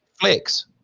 flex